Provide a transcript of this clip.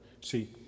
See